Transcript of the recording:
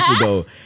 ago